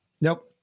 Nope